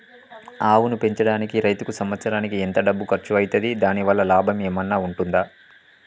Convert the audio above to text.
ఆవును పెంచడానికి రైతుకు సంవత్సరానికి ఎంత డబ్బు ఖర్చు అయితది? దాని వల్ల లాభం ఏమన్నా ఉంటుందా?